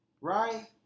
Right